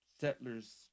settlers